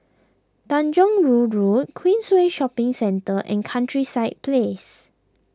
Tanjong Rhu Road Queensway Shopping Centre and Countryside Place